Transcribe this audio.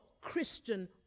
Christian